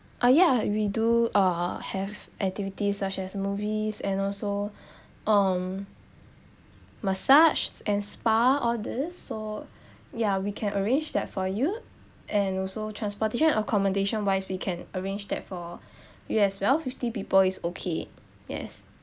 uh yeah we do uh have activities such as movies and also um massage and spa orders so yeah we can arrange that for you and also transportation accommodation wise we can arrange that for you as well fifty people is okay yes